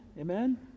Amen